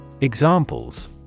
Examples